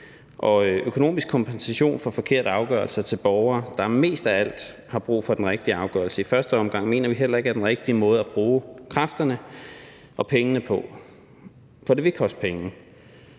en økonomisk kompensation for forkerte afgørelser til borgere, der mest af alt har brug for den rigtige afgørelse i første omgang, mener vi heller ikke er den rigtige måde at bruge kræfterne og pengene på. For det vil koste penge,